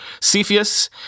Cepheus